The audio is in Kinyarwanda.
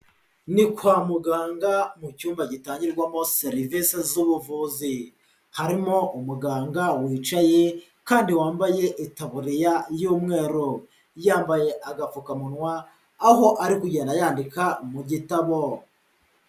Ni kwa muganga, mu cyumba gitangirwamo serivise z'ubuvuze, harimo umuganga wicaye kandi wambaye itaburiya y'umweru, yambaye agapfukamunwa aho ari kugenda yandika mu gitabo.